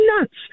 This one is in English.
nuts